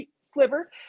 sliver